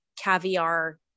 caviar